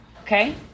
okay